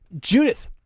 Judith